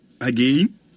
again